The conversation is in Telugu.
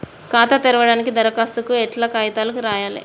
ఖాతా తెరవడానికి దరఖాస్తుకు ఎట్లాంటి కాయితాలు రాయాలే?